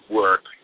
work